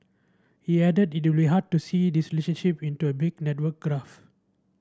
he added it would be hard to see this relationship in to a big network graph